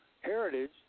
heritage